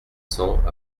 cents